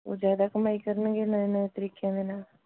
ਉਹ ਜ਼ਿਆਦਾ ਕਮਾਈ ਕਰਨਗੇ ਨਵੇਂ ਨਵੇਂ ਤਰੀਕਿਆਂ ਦੇ ਨਾਲ